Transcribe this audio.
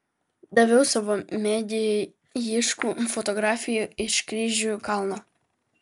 daviau savo mėgėjiškų fotografijų iš kryžių kalno